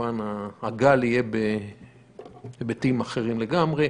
כמובן הגל יהיה בהיבטים אחרים לגמרי,